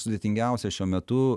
sudėtingiausia šiuo metu